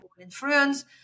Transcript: influence